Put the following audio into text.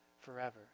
forever